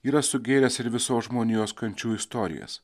yra sugėręs ir visos žmonijos kančių istorijas